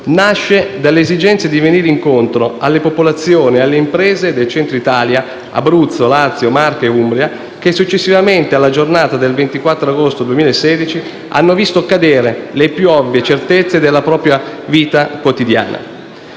nasce dall'esigenza di venire incontro alle popolazioni e alle imprese del Centro Italia (Abruzzo, Lazio, Marche e Umbria) che, successivamente alla giornata del 24 agosto 2016, hanno visto cadere le più ovvie certezze della propria vita quotidiana.